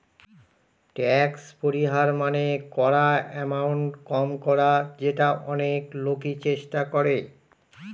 tax পরিহার মানে করা এমাউন্ট কম করা যেটা অনেক লোকই চেষ্টা করে